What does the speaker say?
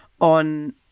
on